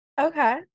Okay